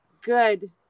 good